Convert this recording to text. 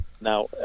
Now